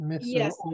Yes